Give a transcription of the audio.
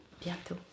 Bientôt